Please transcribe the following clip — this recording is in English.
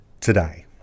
today